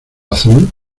azul